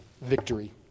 victory